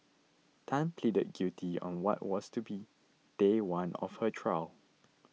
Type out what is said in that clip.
tan pleaded guilty on what was to be day one of her trial